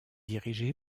dirigé